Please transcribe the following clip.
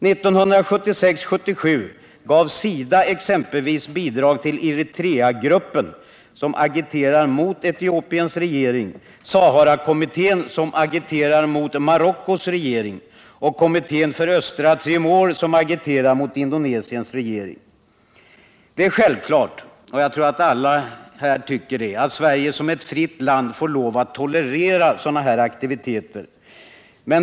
1976/77 gav SIDA exempelvis bidrag till Eritreagruppen, som agiterar mot Etiopiens regering, Saharakommittén, som agiterar mot Marockos regering, och Kommittén för Östra Timor, som agiterar mot Indonesiens regering. Det är självklart — jag tror att alla här tycker det — att Sverige som ett fritt land får lov att tolerera sådana här aktiviteter.